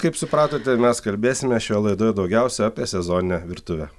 kaip supratote mes kalbėsime šioje laidoje daugiausia apie sezoninę virtuvę